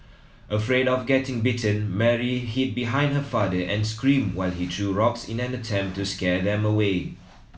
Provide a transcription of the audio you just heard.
afraid of getting bitten Mary hid behind her father and screamed while he threw rocks in an attempt to scare them away